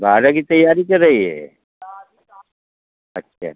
बारह की तैयारी कर रही है अच्छा